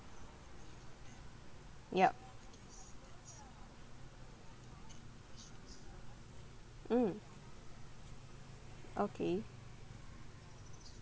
yup mm okay